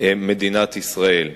מדינת ישראל.